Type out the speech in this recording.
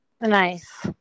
Nice